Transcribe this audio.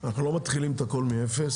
אנחנו לא מתחילים את הכול מאפס,